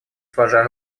сложа